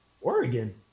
Oregon